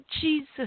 Jesus